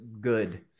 good